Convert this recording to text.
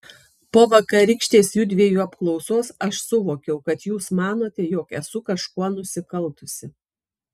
po vakarykštės judviejų apklausos aš suvokiau kad jūs manote jog esu kažkuo nusikaltusi